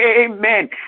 Amen